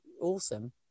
awesome